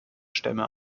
stämme